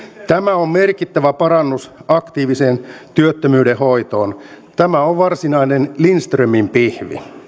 tämä on merkittävä parannus aktiiviseen työttömyyden hoitoon tämä on varsinainen lindströmin pihvi